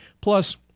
Plus